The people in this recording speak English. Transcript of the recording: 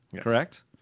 correct